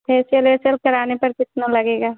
facial वेशियल कराने पर कितना लगेगा